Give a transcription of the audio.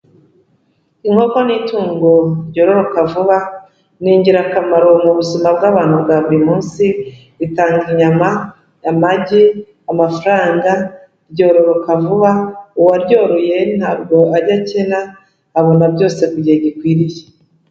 Inkoko ni itungo ryororoka vuba, ni ingirakamaro mu buzima bw'abantu bwa buri munsi ritanga inyama, amagi, amafaranga ryororoka vuba, uwaryoroye ntabwo ajya akena abona byose mu gihe gikwiriye.